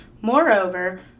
Moreover